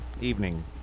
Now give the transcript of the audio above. evening